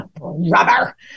rubber